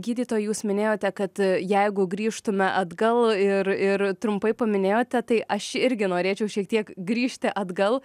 gydytoja jūs minėjote kad jeigu grįžtume atgal ir ir trumpai paminėjote tai aš irgi norėčiau šiek tiek grįžti atgal